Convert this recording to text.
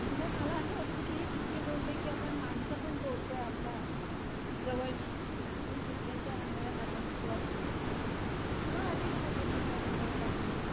म्हणजे मला असं वाटतं की हे ठिपके जोडले की आपण माणसं पण जोडतो आहे आपल्या जवळची म्हणून ठिपक्यांच्या रांगोळ्या काढायला सुरुवात केली मग आधी छोट्या छोट्या रांगोळ्या काढल्या